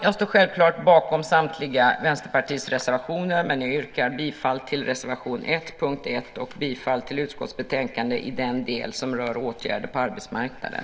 Jag står självklart bakom samtliga Vänsterpartiets reservationer, men jag yrkar bifall till reservation 1 under punkt 1 och till utskottets förslag i den del som rör åtgärder på arbetsmarknaden.